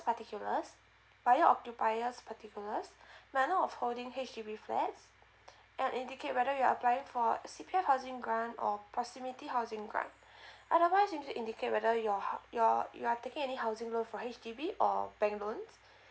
particulars buyer occupiers particulars manner of holding H_D_B flats and indicate whether you're applying for C_P_F housing grant or proximity housing grant otherwise you indicate whether your hou~ you are taking any housing loan for H_D_B or bank loans